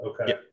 Okay